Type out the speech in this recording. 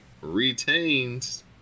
retains